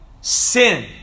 sin